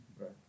Right